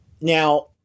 now